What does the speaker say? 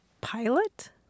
pilot